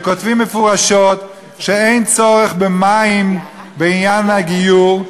שכותבים מפורשות שאין צורך בעניין הגיור,